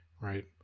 right